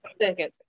second